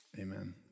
Amen